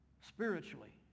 Spiritually